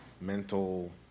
mental